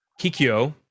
kikyo